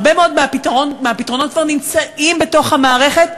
הרבה מאוד מהפתרונות כבר נמצאים במערכת,